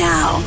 Now